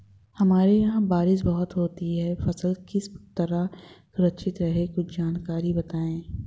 हमारे यहाँ बारिश बहुत होती है फसल किस तरह सुरक्षित रहे कुछ जानकारी बताएं?